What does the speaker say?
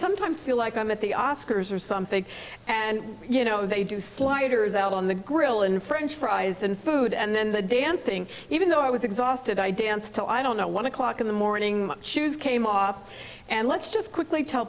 sometimes feel like i'm at the oscars or something and you know they do sliders out on the grill and french fries and food and then the dancing even though i was exhausted idea and still i don't know one o'clock in the morning shoes came off and let's just quickly tell